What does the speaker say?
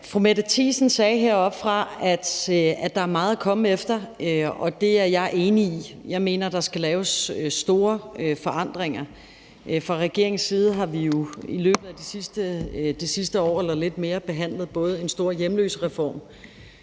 Fru Mette Thiesen sagde heroppe fra talerstolen, at der er meget at komme efter, og det er jeg enig i. Jeg mener, der skal laves store forandringer. Fra regeringens side har vi jo i løbet af det sidste år eller lidt mere